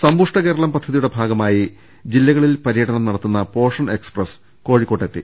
സമ്പുഷ്ട കേരളം പദ്ധതിയുടെ ഭാഗമായി ജില്ലകളിൽ പര്യ ടനം നടത്തുന്ന പോഷൺ എക്സ്പ്ര്യസ് കോഴിക്കോടെ ത്തി